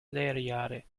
lekrjahre